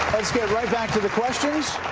let's get right back to the questions.